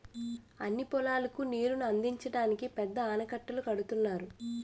అన్ని పొలాలకు నీరుని అందించడానికి పెద్ద ఆనకట్టలు కడుతున్నారు